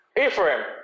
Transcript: Ephraim